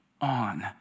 on